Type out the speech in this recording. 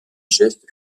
geste